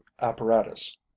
apparatus